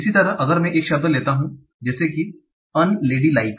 इसी तरह अगर मैं एक शब्द लेता हूं जैसे कि अनलेडीलाइक